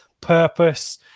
purpose